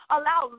Allow